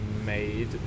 made